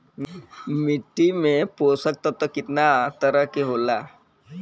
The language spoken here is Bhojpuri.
मिट्टी में पोषक तत्व कितना तरह के होला?